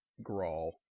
Grawl